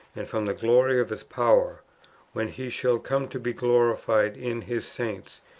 and from the glory of his power when he shall come to be glorified in his saints,